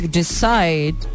decide